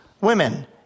women